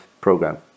program